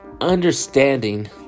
understanding